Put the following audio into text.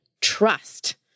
trust